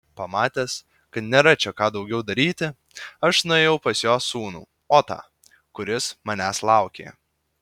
pamatęs kad nėra čia ką daugiau daryti aš nuėjau pas jo sūnų otą kuris manęs laukė